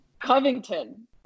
Covington